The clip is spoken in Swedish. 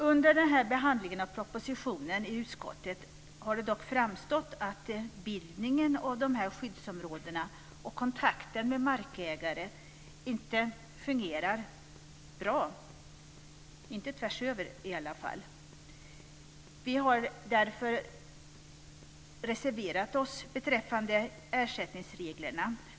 Under behandlingen av propositionen i utskottet har det dock framgått att bildningen av skyddsområdena och kontakten med markägare inte fungerar bra, åtminstone inte överallt. Vi har därför reserverat oss beträffande ersättningsreglerna.